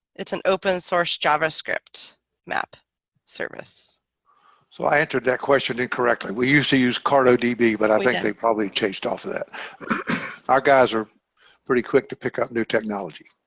it's an open source javascript map service so i entered that question incorrectly we used to use cartodb, but i think they probably chased off of that our guys are pretty quick to pick up new technology